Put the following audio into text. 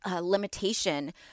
limitation